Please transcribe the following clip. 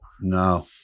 No